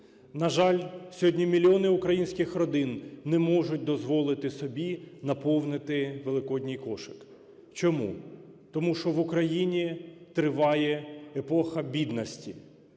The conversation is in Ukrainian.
На жаль, сьогодні мільйони українських родин не можуть дозволити собі наповнити Великодній кошик. Чому? Тому що в Україні триває епоха бідності,